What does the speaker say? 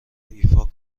ایفا